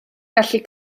gallu